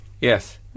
Yes